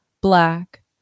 black